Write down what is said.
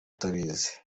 utabizi